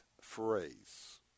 phrase